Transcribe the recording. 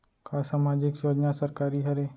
का सामाजिक योजना सरकारी हरे?